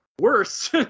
worse